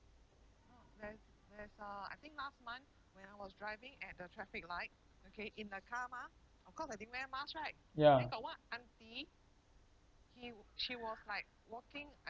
ya